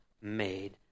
made